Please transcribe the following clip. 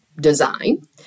design